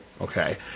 okay